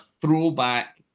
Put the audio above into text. throwback